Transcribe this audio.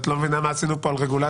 את לא מבינה מה עשינו פה על רגולציה.